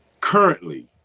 currently